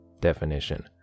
definition